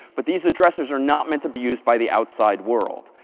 but these addresses are not meant to be used by the outside world.